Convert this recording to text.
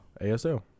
ASL